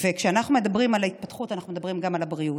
וכשאנחנו מדברים על ההתפתחות אנחנו מדברים גם על הבריאות.